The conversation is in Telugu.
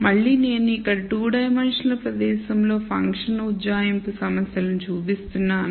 మళ్ళీ నేను ఇక్కడ 2 డైమెన్షనల్ ప్రదేశంలో ఫంక్షన్ ఉజ్జాయింపు సమస్యలను చూపిస్తున్నాను